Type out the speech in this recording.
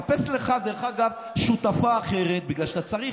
חפש לך שותפה אחרת, בגלל שאתה צריך,